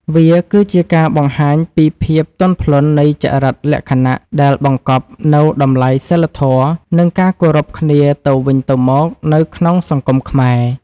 វាគឺជាការបង្ហាញពីភាពទន់ភ្លន់នៃចរិតលក្ខណៈដែលបង្កប់នូវតម្លៃសីលធម៌ និងការគោរពគ្នាទៅវិញទៅមកនៅក្នុងសង្គមខ្មែរ។